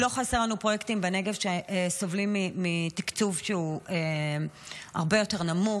לא חסרים לנו פרויקטים בנגב שסובלים מתקצוב הרבה יותר נמוך.